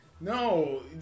No